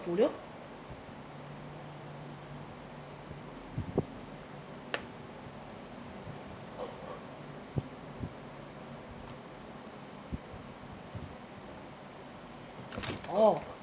~folio oh